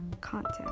content